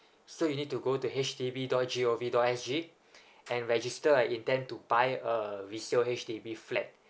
so you need to go to H D B dot g o v dot s g and register and intend to buy a resale H_D_B flat